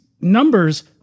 numbers